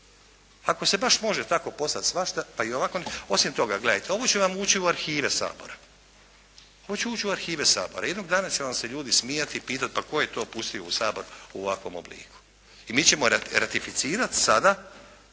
Ako se baš može tako poslati svašta pa i ovako, osim toga gledajte ovo će vam ući u arhive Sabora. Ovo će ući u arhive Sabora. Jednog dana će vam se ljudi smijati i pitati pa tko je to pustio u Sabor u ovakvom obliku i mi ćemo ratificirati sada